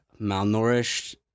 Malnourished